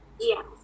Yes